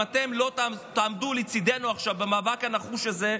אם אתם לא תעמדו לצידנו עכשיו במאבק הנחוש הזה,